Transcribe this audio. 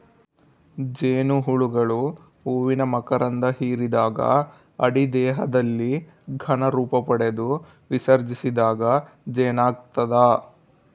ಜೇನುಹುಳುಗಳು ಹೂವಿನ ಮಕರಂಧ ಹಿರಿದಾಗ ಅಡಿ ದೇಹದಲ್ಲಿ ಘನ ರೂಪಪಡೆದು ವಿಸರ್ಜಿಸಿದಾಗ ಜೇನಾಗ್ತದ